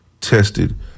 tested